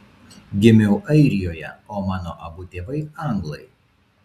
gimiau airijoje o mano abu tėvai anglai